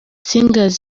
singers